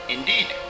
Indeed